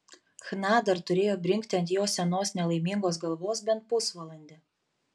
chna dar turėjo brinkti ant jo senos nelaimingos galvos bent pusvalandį